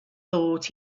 thought